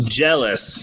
jealous